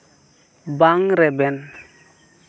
ᱵᱟᱝ ᱨᱮᱵᱮᱱ